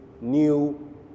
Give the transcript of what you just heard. new